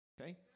Okay